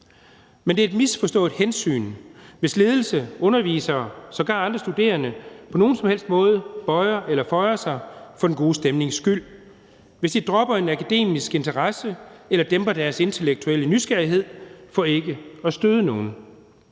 Men det er et misforstået hensyn, hvis ledelse, undervisere og sågar andre studerende på nogen som helst måde bøjer eller føjer sig for den gode stemnings skyld, hvis de dropper en akademisk interesse eller dæmper deres intellektuelle nysgerrighed for ikke at støde nogen.